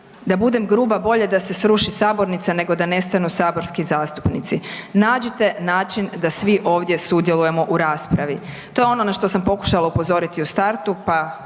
Da budem gruba, bolje da se sruši sabornica nego da nestanu saborski zastupnici. Nađite način da svi ovdje sudjelujemo ovdje u raspravi, to je ono na što sam pokušala upozoriti u startu pa